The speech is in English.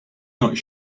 not